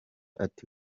ati